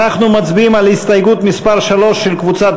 אנחנו מצביעים על הסתייגות מס' 3 של קבוצת